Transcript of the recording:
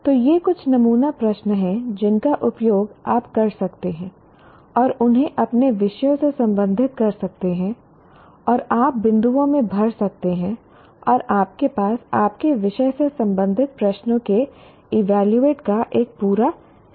तो ये कुछ नमूना प्रश्न हैं जिनका उपयोग आप कर सकते हैं और उन्हें अपने विषयों से संबंधित कर सकते हैं और आप बिंदुओं में भर सकते हैं और आपके पास आपके विषय से संबंधित प्रश्नों के इवेल्युवेट का एक पूरा समूह होगा